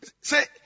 Say